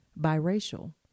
biracial